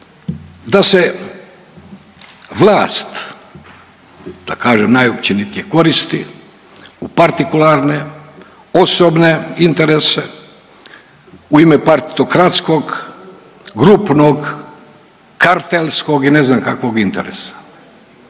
da se vlast, da kažem najopćenitije koristi u partikularne, osobne interese, u ime partitokratskog, grupnog, kartelskog i ne znam kakvog interesa.